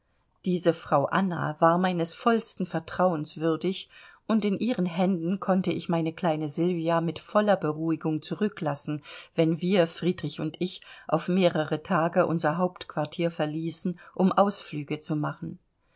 diese frau anna war meines vollsten vertrauens würdig und in ihren händen konnte ich meine kleine sylvia mit voller beruhigung zurücklassen wenn wir friedrich und ich auf mehrere tage unser hauptquartier verließen um ausflüge zu machen